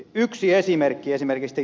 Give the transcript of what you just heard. yksi esimerkki tästä